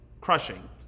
crushing